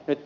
nyt ed